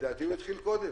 לדעתי הוא התחיל קודם.